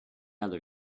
other